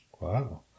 Wow